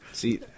See